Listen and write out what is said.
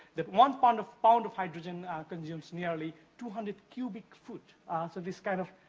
that one pound pound of hydrogen consumes nearly two hundred cubic foot. so, this kind of,